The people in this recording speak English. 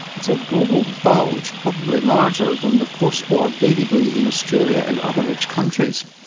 it's a global bulge probably larger than the post war baby boom in australia and other rich countries.